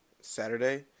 Saturday